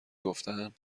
گفتن